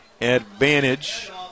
advantage